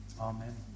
Amen